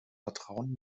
vertrauen